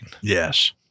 Yes